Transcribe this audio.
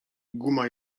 guma